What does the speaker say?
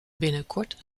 binnenkort